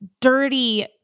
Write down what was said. dirty